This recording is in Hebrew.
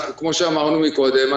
כפי שאמרתי קודם,